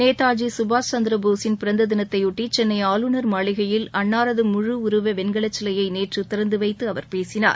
நேதாஜி சுபாஷ் சந்திர போஸின் பிறந்த தினத்தையொட்டி சென்னை ஆளுநர் மாளிகையில் அன்னாரது முழு உருவ வெண்கல சிலையை நேற்று திறந்து வைத்து அவர் பேசினார்